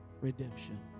redemption